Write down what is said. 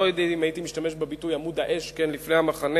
אני לא יודע אם הייתי משתמש בביטוי "עמוד האש לפני המחנה",